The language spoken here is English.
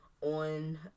on